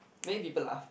make people laugh